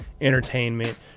entertainment